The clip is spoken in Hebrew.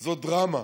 זה דרמה.